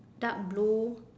dark blue